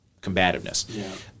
combativeness